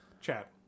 Chat